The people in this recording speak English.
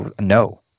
no